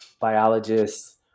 biologists